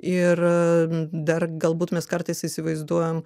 ir dar galbūt mes kartais įsivaizduojam